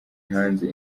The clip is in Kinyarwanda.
hanze